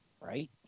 Right